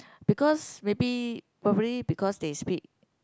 because maybe probably because they speak